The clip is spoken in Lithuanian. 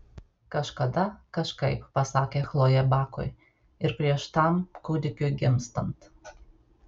kažkada kažkaip pasakė chlojė bakui ir prieš tam kūdikiui gimstant